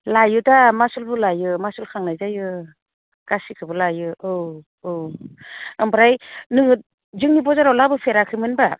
लायोदा मासुलबो लायो मासुल खांनाय जायो गासैखौबो लायो औ औ ओमफ्राय नोङो जोंनि बजाराव लाबोफेराखैमोन होनबा